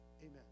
amen